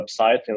website